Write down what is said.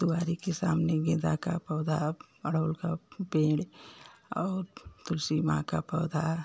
दुआरे के सामने गेंदा का पौधा अड़हुल का पेड़ और तुलसी माँ का पौधा